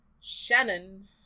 Shannon